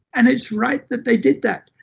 and it's right that they did that.